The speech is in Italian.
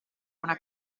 una